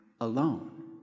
alone